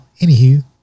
anywho